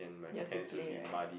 you all still play right